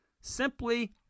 simply